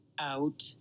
out